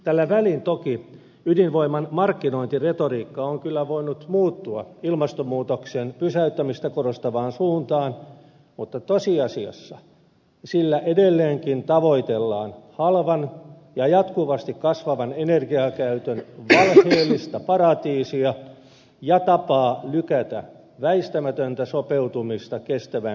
tällä välin toki ydinvoiman markkinointiretoriikka on kyllä voinut muuttua ilmastonmuutoksen pysäyttämistä korostavaan suuntaan mutta tosiasiassa sillä edelleenkin tavoitellaan halvan ja jatkuvasti kasvavan energiankäytön valheellista paratiisia ja tapaa lykätä väistämätöntä sopeutumista kestävään kehitykseen